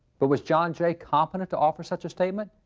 but was john jay competent to offer such a statement?